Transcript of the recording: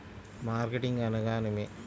Marketing అనగానేమి?